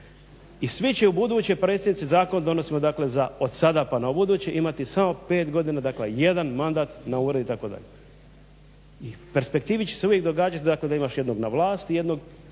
I svi će ubuduće predsjednici zakon donosimo od sada pa na ubuduće imati samo 5 godina dakle jedan mandat na … itd. i u perspektivi će se uvije događati da imaš jednog na vlasti 5